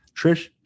Trish